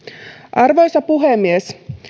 arvoisa puhemies